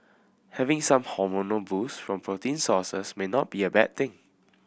having some hormonal boost from protein sources may not be a bad thing